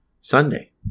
sunday